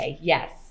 Yes